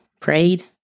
Prayed